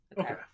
Okay